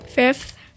fifth